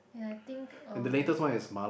yeah I think um